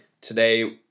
Today